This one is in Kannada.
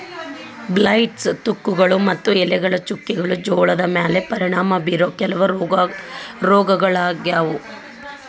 ಬ್ಲೈಟ್ಸ್, ತುಕ್ಕುಗಳು ಮತ್ತು ಎಲೆಗಳ ಚುಕ್ಕೆಗಳು ಜೋಳದ ಮ್ಯಾಲೆ ಪರಿಣಾಮ ಬೇರೋ ಕೆಲವ ರೋಗಗಳಾಗ್ಯಾವ